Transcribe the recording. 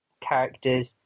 characters